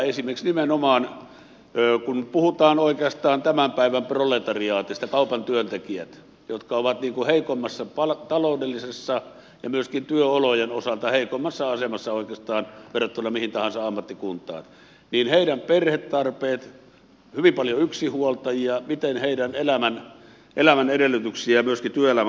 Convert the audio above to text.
esimerkiksi nimenomaan kun puhutaan oikeastaan tämän päivän proletariaatista kaupan työntekijöistä jotka ovat niin kuin heikommassa taloudellisessa ja myöskin työolojen osalta heikommassa asemassa oikeastaan verrattuna mihin tahansa ammattikuntaan voisi pohtia miten heidän perhetarpeensa hyvin paljon yksinhuoltajia ja heidän elämänsä edellytyksiä myöskin työelämä ottaisi huomioon